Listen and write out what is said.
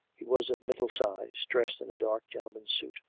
he was of middle-size, dressed in a dark, gentleman's suit,